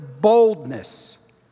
boldness